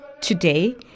Today